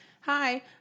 hi